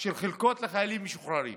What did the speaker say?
של חלקות לחיילים משוחררים.